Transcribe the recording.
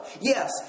Yes